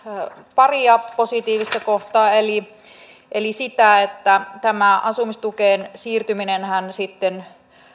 paria positiivista kohtaa eli ensinnäkin sitä että tämä asumistukeen siirtyminenhän sitten